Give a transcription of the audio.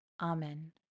Amen